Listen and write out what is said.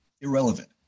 irrelevant